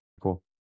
cool